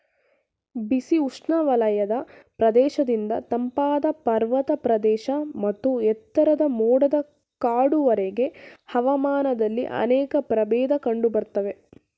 ಬಿಸಿ ಉಷ್ಣವಲಯದ ಪ್ರದೇಶದಿಂದ ತಂಪಾದ ಪರ್ವತ ಪ್ರದೇಶ ಮತ್ತು ಎತ್ತರದ ಮೋಡದ ಕಾಡುವರೆಗೆ ಹವಾಮಾನದಲ್ಲಿ ಅನೇಕ ಪ್ರಭೇದ ಕಂಡುಬರ್ತವೆ